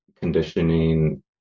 conditioning